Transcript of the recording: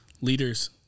leaders